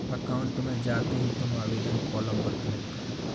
account में जाते ही तुम आवेदन कॉलम पर क्लिक करो